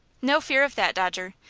no fear of that, dodger.